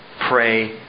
Pray